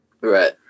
right